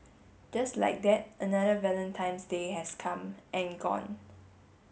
just like that another Valentine's Day has come and gone